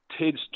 Ted's